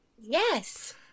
Yes